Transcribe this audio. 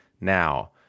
now